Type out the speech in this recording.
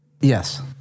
Yes